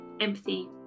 empathy